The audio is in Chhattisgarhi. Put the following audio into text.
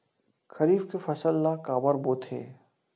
खरीफ के फसल ला काबर बोथे?